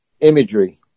imagery